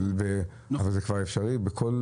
אבל לא בכל